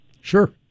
Sure